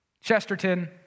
Chesterton